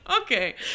Okay